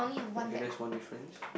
okay that's one difference